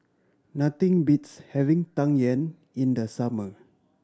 nothing beats having Tang Yuen in the summer